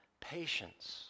patience